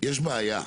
יש בעיה.